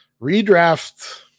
redraft